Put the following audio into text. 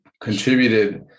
contributed